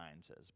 says